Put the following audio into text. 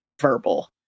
verbal